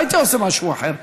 לא הייתי עושה משהו אחר.